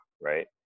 right